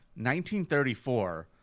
1934